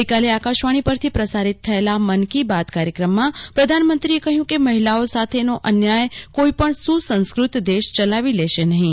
ગઈકાલે આકાશવાણી પરથી પ્રસારિત થયેલા મન કી બાત કાર્યક્રમમાં પ્રધાનમંત્રીએ કહ્યું કે મહિલાઓ સાથેનો અન્યાય કોઈપણ સુસંસ્કૃત દેશ ચલાવી લેશે નહીં